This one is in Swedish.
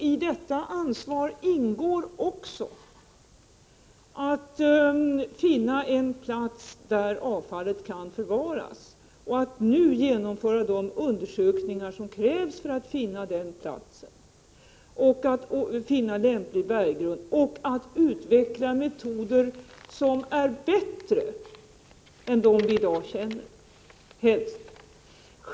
I detta ansvar ingår också att finna en plats där avfallet kan förvaras och att nu genomföra de undersökningar som krävs för att finna den platsen, att finna en lämplig berggrund samt att utveckla metoder som helst är bättre än de vi i dag känner till.